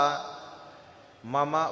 Mama